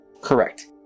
Correct